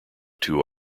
two